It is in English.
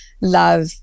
love